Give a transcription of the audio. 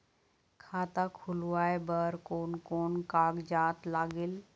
खाता खुलवाय बर कोन कोन कागजात लागेल?